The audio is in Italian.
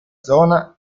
zona